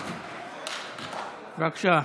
בבקשה.